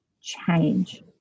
change